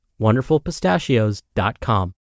wonderfulpistachios.com